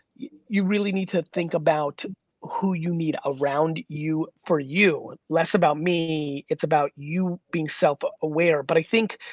you really need to think about who you need around you for you, less about me, it's about you being self-aware, but i think,